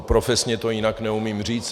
Profesně to jinak neumím říct.